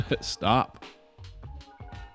stop